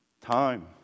Time